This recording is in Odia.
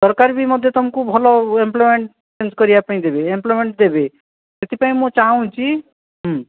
ସରକାର ବି ମଧ୍ୟ ତୁମକୁ ଭଲ ଏମ୍ପ୍ଲୋୟମେଣ୍ଟ କରିବା ପାଇଁ ଦେବେ ଏମ୍ପ୍ଲୋୟମେଣ୍ଟ ଦେବେ ସେଥିପାଇଁ ମୁଁ ଚାହୁଁଛି ହଁ